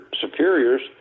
superiors